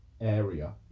area